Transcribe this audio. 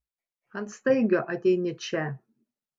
ant staigio ateini čia